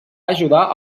ajudar